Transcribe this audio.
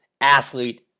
athlete